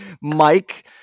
Mike